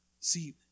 See